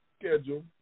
Schedule